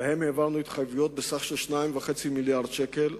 ולאלה העברנו התחייבויות בסך 2.5 מיליארדי ש"ח,